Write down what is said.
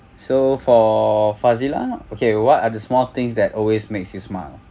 so for fazilah okay what are the small things that always makes you smile